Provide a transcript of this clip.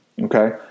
Okay